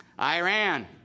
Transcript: Iran